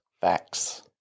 Facts